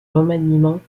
remaniements